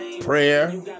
prayer